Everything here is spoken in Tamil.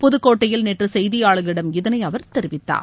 புதுக்கோட்டையில் நேற்று செய்தியாளர்களிடம் இதனை அவர் தெரிவித்தார்